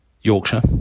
Yorkshire